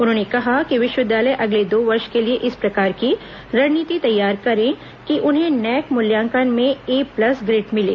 उन्होंने कहा कि विष्वविद्यालय अगले दो वर्ष के लिए इस प्रकार की रणनीति तैयार करें कि उन्हें नैक मूल्यांकन में ए प्लस ग्रेड मिले